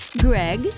Greg